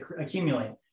accumulate